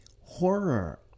horror